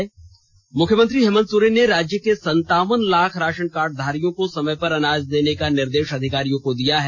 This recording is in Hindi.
त् मुख्यमंत्री हेमंत सोरेन ने राज्य के संतावन लाख राषन कार्ड धारियों को समय पर अनाज देने का निर्देष अधिकारियों को दिया है